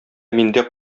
миндә